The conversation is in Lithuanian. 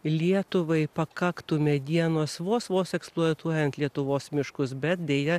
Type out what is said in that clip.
lietuvai pakaktų medienos vos vos eksploatuojant lietuvos miškus bet deja